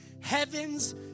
heaven's